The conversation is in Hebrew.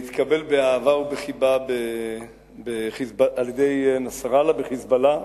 התקבל באהבה ובחיבה על-ידי נסראללה וה"חיזבאללה".